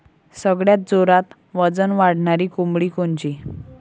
सगळ्यात जोरात वजन वाढणारी कोंबडी कोनची?